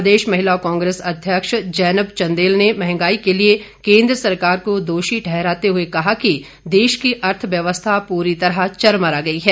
प्रदेश महिला कांग्रेस अध्यक्ष जैनब चंदेल ने मंहगाई के लिए केंद्र सरकार को दोषी ठहराते हुए कहा कि देश की अर्थव्यवस्था पूरी तरह चरमरा गई है